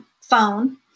phone